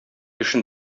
эшен